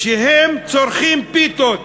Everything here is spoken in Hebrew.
שהם צורכים פיתות.